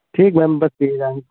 ठीक है मैम बस यही जानना